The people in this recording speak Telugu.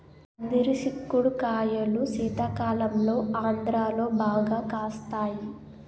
పందిరి సిక్కుడు కాయలు శీతాకాలంలో ఆంధ్రాలో బాగా కాస్తాయి